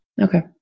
Okay